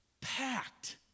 packed